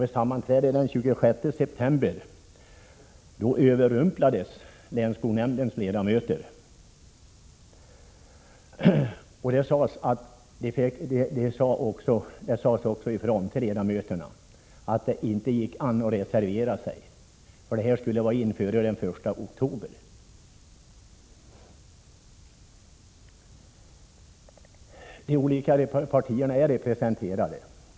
Vid sammanträde den 26 september överrumplades länsskolnämndens ledamöter av beslutet om nedläggningen, och det sades samtidigt att det inte gick att reservera sig mot beslutet, eftersom handlingarna i ärendet skulle vara inlämnade före den 1 oktober. Det är riktigt att de olika partierna är representerade i länsskolnämnden.